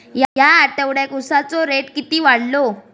या आठवड्याक उसाचो रेट किती वाढतलो?